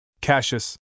Cassius